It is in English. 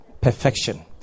perfection